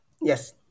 Yes